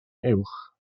uwch